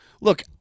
look